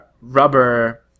rubber